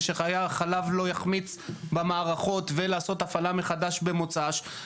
שהחלב לא יחמיץ במערכות ולעשות הפעלה מחדש במוצ"ש,